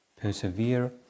Persevere